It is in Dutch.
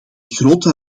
grote